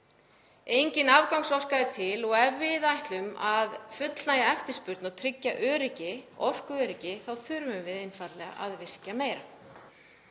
Engin afgangsorka er til og ef við ætlum að fullnægja eftirspurn og tryggja orkuöryggi þá þurfum við einfaldlega að virkja meira.